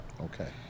Okay